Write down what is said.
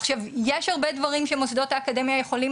עכשיו יש הרבה דברים שמוסדות האקדמיה יכולים